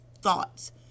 thoughts